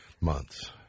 months